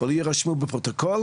ולא יירשמו בפרוטוקול.